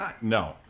No